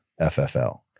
FFL